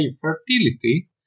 fertility